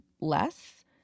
less